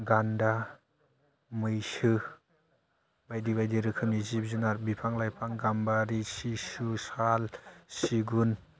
गान्दा मैसो बायदि बायदि रोखोमनि जिब जुनार बिफां लाइफां गाम्बारि सिसु साल सिगुन